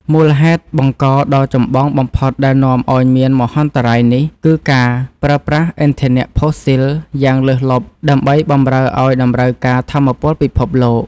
មូលហេតុបង្កដ៏ចម្បងបំផុតដែលនាំឱ្យមានមហន្តរាយនេះ គឺការប្រើប្រាស់ឥន្ធនៈផូស៊ីលយ៉ាងលើសលប់ដើម្បីបម្រើឱ្យតម្រូវការថាមពលពិភពលោក។